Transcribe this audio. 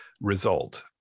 result